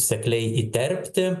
sekliai įterpti